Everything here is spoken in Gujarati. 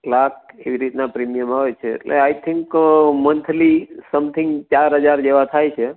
ક્લાર્ક એવી રીતના પ્રીમિયમ આવે છે એટલે આઇ થિન્ક મંથલી સમથિંગ ચાર હજાર જેવાં થાય છે